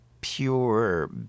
pure